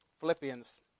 Philippians